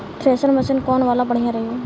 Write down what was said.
Thresher machine कौन वाला बढ़िया रही?